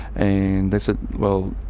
and they said, well,